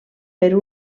per